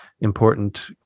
important